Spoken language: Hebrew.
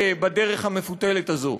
בדרך המפותלת הזאת.